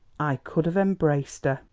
i could have embraced her!